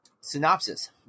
synopsis